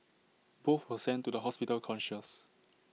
both were sent to the hospital conscious